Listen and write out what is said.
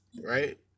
right